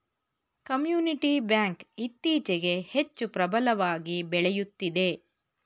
community bank ಇತ್ತೀಚೆಗೆ ಹೆಚ್ಚು ಪ್ರಬಲವಾಗಿ ಬೆಳೆಯುತ್ತಿದೆ